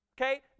okay